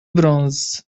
bronze